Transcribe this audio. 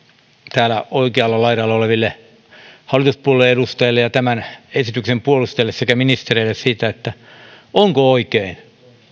täällä oikealla laidalla oleville hallituspuolueiden edustajille ja tämän esityksen puolustajille sekä ministereille onko oikein